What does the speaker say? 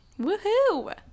Woohoo